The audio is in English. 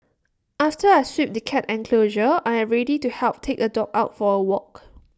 after I sweep the cat enclosure I am ready to help take A dog out for A walk